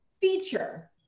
feature